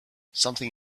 something